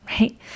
right